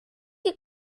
que